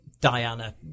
Diana